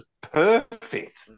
perfect